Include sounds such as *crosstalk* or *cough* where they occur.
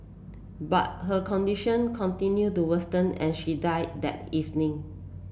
but her condition continued to *unintelligible* and she died that evening